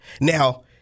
Now